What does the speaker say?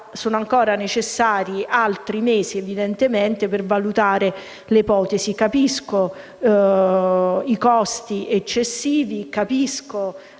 sono ancora necessari altri mesi evidentemente per valutare ipotesi. Capisco i costi eccessivi; capisco